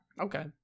Okay